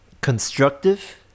constructive